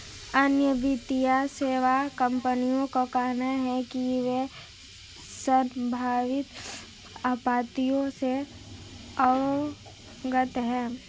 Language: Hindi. अन्य वित्तीय सेवा कंपनियों का कहना है कि वे संभावित आपत्तियों से अवगत हैं